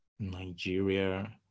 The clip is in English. Nigeria